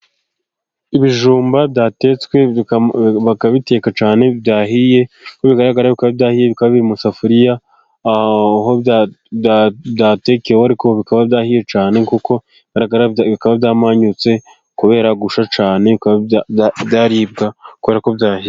Ibijumba byatetswe bakabiteka cyane byahiye, uko bigaragara bikaba byahiye biri mu isafuriya aho byatekewe, ariko bikaba byahiye cyane ukobigaragara byamanyutse kubera gushya cyane bikaba byaribwa kuko byahiye.